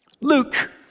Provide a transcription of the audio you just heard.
Luke